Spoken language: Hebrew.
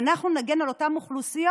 אנחנו נגן על אותן אוכלוסיות,